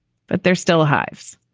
but they're still hives.